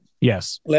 Yes